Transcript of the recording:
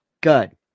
Good